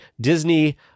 Disney